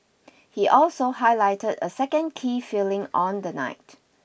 he also highlighted a second key failing on the night